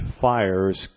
fires